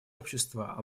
общества